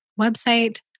website